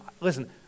listen